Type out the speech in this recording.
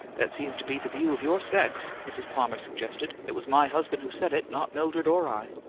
that seems to be the view of your sex, mrs. palmer suggested. it was my husband who said it, not mildred or i.